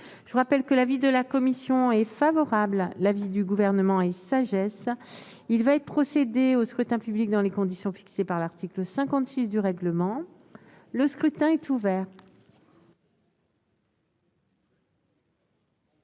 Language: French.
Je rappelle que l'avis de la commission est défavorable, de même que celui du Gouvernement. Il va être procédé au scrutin dans les conditions fixées par l'article 56 du règlement. Le scrutin est ouvert.